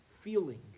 feeling